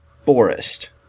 forest